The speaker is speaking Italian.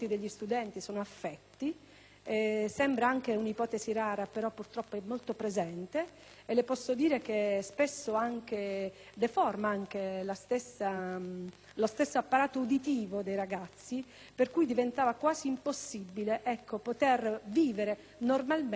sembra un'ipotesi rara ma purtroppo è molto presente, e le posso dire che spesso deforma anche lo stesso apparato uditivo dei ragazzi, per cui diventa quasi impossibile poter vivere normalmente il rapporto